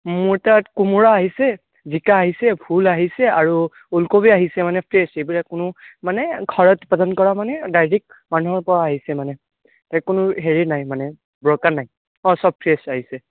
মোৰ তাত কোমোৰা আহিছে জিকা আহিছে ভোল আহিছে আৰু ওলকবি আহিছে মানে ফ্ৰেছ এইবিলাক কোনো মানে ঘৰত উৎপাদন কৰা মানে ডাইৰেক্ট মানুহৰ পৰা আহিছে মানে ইয়াত কোনো হেৰি নাই মানে ব্ৰকাৰ নাই অ' চব ফ্ৰেছ আহিছে